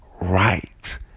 right